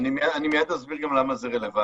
אני מיד אסביר גם למה זה רלוונטי.